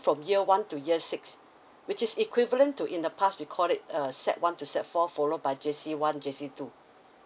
from year one to year six which is equivalent to in the past we call it uh sec one to sec four followed by J_C one J_C two